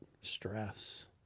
stress